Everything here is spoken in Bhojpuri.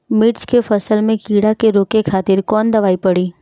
मिर्च के फसल में कीड़ा के रोके खातिर कौन दवाई पड़ी?